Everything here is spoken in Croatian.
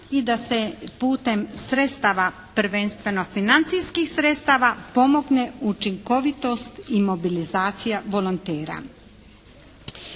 i da se putem sredstava prvenstveno financijskih sredstava pomogne učinkovitost i mobilizacija volontera.